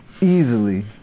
easily